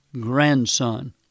grandson